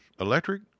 electric